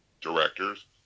directors